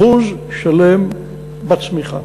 1% שלם בצמיחה.